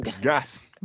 Gas